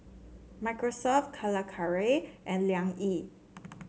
Microsoft Calacara and Liang Yi